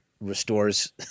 restores